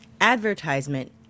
advertisement